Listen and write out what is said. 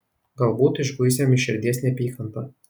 galbūt išguis jam iš širdies neapykantą